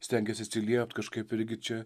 stengias atsiliept kažkaip ir irgi čia